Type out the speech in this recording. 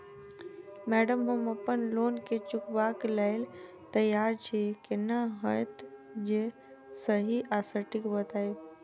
Madam हम अप्पन loan केँ चुकाबऽ लैल तैयार छी केना हएत जे सही आ सटिक बताइब?